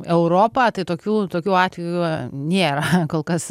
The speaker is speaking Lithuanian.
europą tai tokių tokių atvejų nėra kol kas